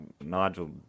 Nigel